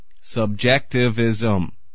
Subjectivism